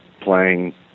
playing